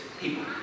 people